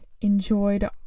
enjoyed